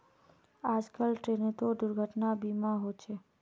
आजकल ट्रेनतो दुर्घटना बीमा होचे